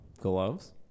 gloves